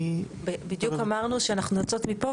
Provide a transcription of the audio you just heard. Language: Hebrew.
בדיוק אמרנו שאנחנו יוצאות מפה